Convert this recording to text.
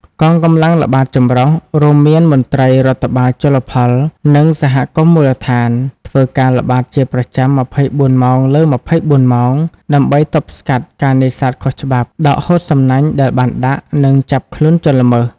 កងកម្លាំងល្បាតចម្រុះ រួមមានមន្ត្រីរដ្ឋបាលជលផល និងសហគមន៍មូលដ្ឋាន ធ្វើការល្បាតជាប្រចាំ ២៤ ម៉ោងលើ ២៤ ម៉ោង ដើម្បីទប់ស្កាត់ការនេសាទខុសច្បាប់ ដកហូតសំណាញ់ដែលបានដាក់ និងចាប់ខ្លួនជនល្មើស។